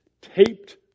taped